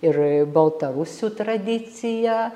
ir baltarusių tradiciją